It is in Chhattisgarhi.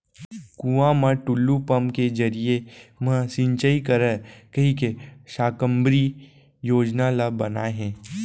कुँआ म टूल्लू पंप के जरिए म सिंचई करय कहिके साकम्बरी योजना ल बनाए हे